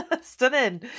stunning